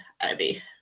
Ivy